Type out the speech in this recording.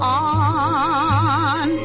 on